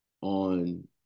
on